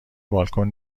بالکن